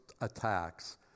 attacks